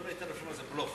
כל הרפורמה הזאת זה בלוף.